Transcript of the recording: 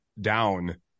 down